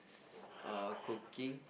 err cooking